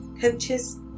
coaches